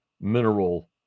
mineral